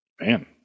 Man